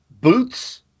boots